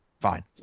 Fine